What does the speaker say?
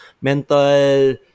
mental